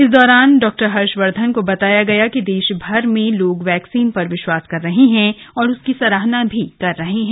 इस दौरान डॉक्टर हर्षवर्धन को बताया गया कि देशभर में लोग वैक्सीन पर विश्वास कर रहे हैं और उसकी सराहना भी कर रहे हैं